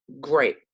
great